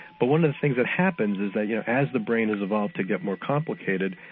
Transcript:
but one of the things that happens is that you know as the brain has evolved to get more complicated,